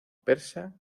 persa